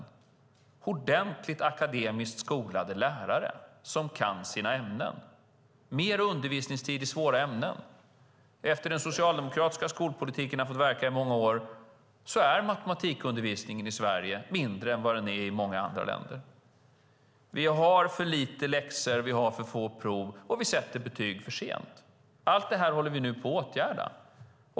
Det handlar om ordentligt akademiskt skolade lärare som kan sina ämnen och om mer undervisningstid i svåra ämnen. Efter det att den socialdemokratiska skolpolitiken har fått verka i många år är matematikundervisningen i Sverige mindre än vad den är i många andra länder. Vi har för lite läxor, vi har för få prov och vi sätter betyg för sent. Allt detta håller vi nu på att åtgärda.